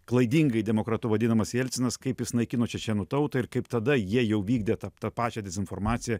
klaidingai demokratu vadinamas jelcinas kaip jis naikino čečėnų tautą ir kaip tada jie jau vykdė tap tą pačią dezinformaciją